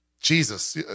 Jesus